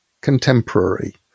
contemporary